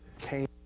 came